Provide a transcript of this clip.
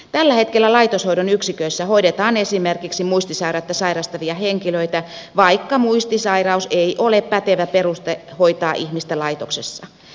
tällä hetkellä laitoshoidon yksiköissä hoidetaan esimerkiksi muistisairautta sairastavia henkilöitä vaikka muistisairaus ei ole pätevä peruste hoitaa ihmistä laitoksessa